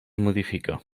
modifica